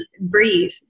breathe